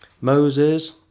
Moses